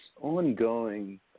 ongoing